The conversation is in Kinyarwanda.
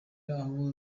aho